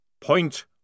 Point